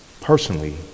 personally